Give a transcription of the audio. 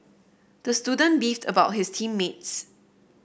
the student beefed about his team mates